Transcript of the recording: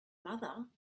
mother